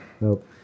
Nope